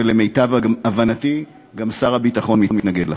ולמיטב הבנתי גם שר הביטחון מתנגד לחוק.